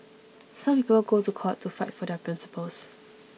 some people go to court to fight for their principles